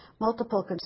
multiple